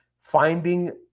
finding